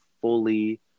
fully